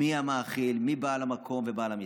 מי המאכיל, מי בעל המקום ובעל המסעדה.